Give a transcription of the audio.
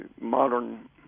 modern